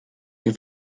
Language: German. wir